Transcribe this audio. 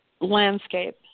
landscape